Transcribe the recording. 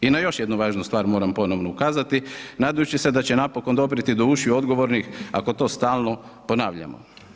I na još jednu važnu stvar moram ponovno ukazati nadajući se da će napokon doprijeti do ušiju odgovornih ako to stalno ponavljamo.